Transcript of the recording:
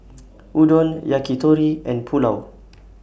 Udon Yakitori and Pulao